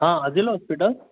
आं आजिलो हॉस्पिटल